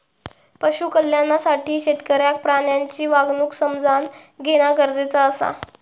पशु कल्याणासाठी शेतकऱ्याक प्राण्यांची वागणूक समझान घेणा गरजेचा आसा